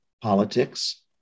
politics